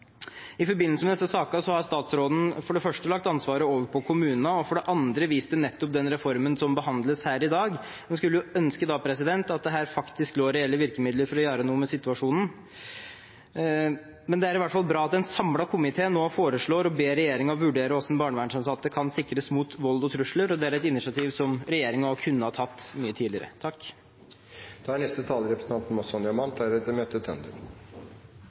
I forbindelse med disse sakene har statsråden for det første lagt ansvaret over på kommunene og for det andre vist til nettopp den reformen som behandles her i dag. Men en skulle ønske at det da lå reelle virkemidler her for å gjøre noe med situasjonen. Det er i hvert fall bra at en samlet komité nå ber regjeringen vurdere hvordan barnevernsansatte kan sikres mot vold og trusler. Det er et initiativ som regjeringen kunne ha tatt mye tidligere. På representanten Wold hørtes det ut som at hvis vi sender tilbake proposisjonen, stopper alt opp. Det er